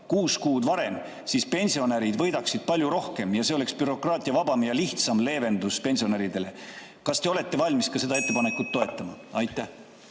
kuus kuud varem, siis pensionärid võidaksid palju rohkem ja see oleks bürokraatiavabam ja lihtsam leevendus pensionäridele. Kas te olete valmis seda ettepanekut toetama? Aitäh!